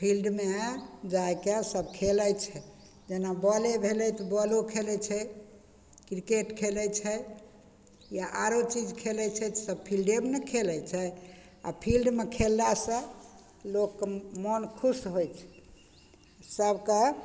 फील्डमे जायके सब खेलय छै जेना बॉले भेलय तऽ बॉलो खेलय छै क्रिकेट खेलय छै या आरो चीज खेलय छै सब फील्डेमे ने खेलय छै आओर फील्डमे खेललासँ लोकके मोन खुश होइ छै सबके